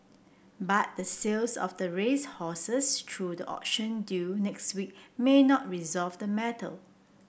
but the sales of the racehorses through the auction due next week may not resolve the matter